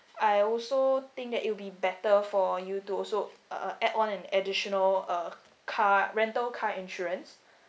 I also think that it will be better for you to also uh add on an additional uh car rental car insurance